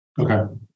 Okay